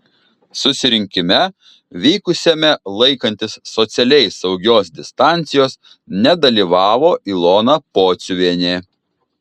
susirinkime vykusiame laikantis socialiai saugios distancijos nedalyvavo ilona pociuvienė